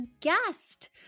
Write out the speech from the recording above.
guest